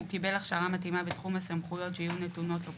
הוא קיבל הכשרה מתאימה בתחום הסמכויות שיהיו נתונות לו,